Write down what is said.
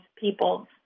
people